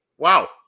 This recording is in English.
Wow